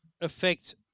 affect